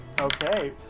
Okay